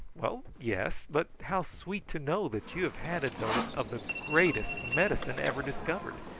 well, yes but how sweet to know that you have had a dose of the greatest medicine ever discovered.